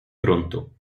gruntu